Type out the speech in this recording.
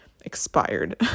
expired